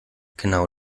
genau